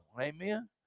Amen